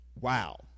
Wow